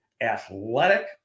Athletic